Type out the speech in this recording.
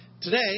Today